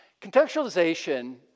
Contextualization